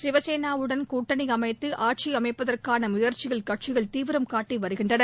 சிவசேனாவுடன் கூட்டணி அமைத்து ஆட்சி அமைப்பதற்கான முயற்சியில் கட்சிகள் தீவிரம் காட்டி வருகின்றன